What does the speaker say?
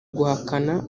guhakana